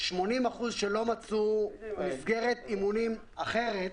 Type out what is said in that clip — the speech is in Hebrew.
ו-80% מהם לא מצאו מסגרת אימונים אחרת.